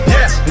Yes